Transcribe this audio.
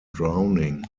drowning